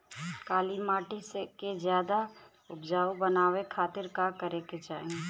काली माटी के ज्यादा उपजाऊ बनावे खातिर का करे के चाही?